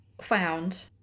found